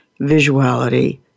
visuality